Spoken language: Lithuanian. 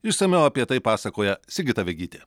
išsamiau apie tai pasakoja sigita vegytė